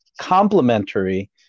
complementary